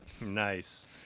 Nice